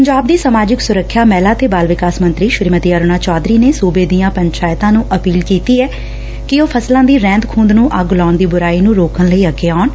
ਪੰਜਾਬ ਦੀ ਸਮਾਜਿਕ ਸੁਰੱਖਿਆ ਮਹਿਲਾ ਤੇ ਬਾਲ ਵਿਕਾਸ ਮੰਤਰੀ ਸ੍ਰੀਮਤੀ ਅਰੁਣਾ ਚੌਧਰੀ ਨੇ ਸੁਬੇ ਦੀਆਂ ਪੰਚਾਇਤਾਂ ਨੂੰ ਅਪੀਲ ਕੀਤੀ ਐ ਕਿ ਉਹ ਫਸਲਾਂ ਦੀ ਰਹਿੰਦ ਖੁੰਹਦ ਨੂੰ ਅੱਗ ਲਾਉਣ ਦੀ ਬੁਰਾਈ ਨੂੰ ਰੋਕਣ ਲਈ ਅੱਗੇ ਆਉਣ